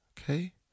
okay